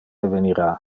evenira